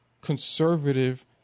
conservative